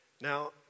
Now